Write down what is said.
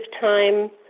time